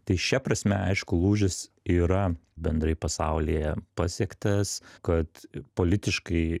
tai šia prasme aišku lūžis yra bendrai pasaulyje pasiektas kad politiškai